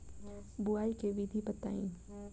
बुआई के विधि बताई?